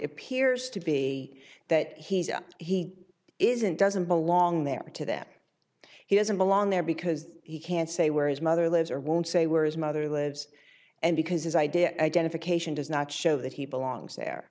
appears to be that he's a he isn't doesn't belong there to them he doesn't belong there because he can't say where his mother lives or won't say where his mother lives and because his idea identification does not show that he belongs there